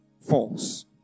false